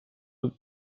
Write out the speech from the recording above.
was